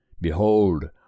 Behold